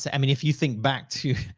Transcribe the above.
so i mean, if you think back to,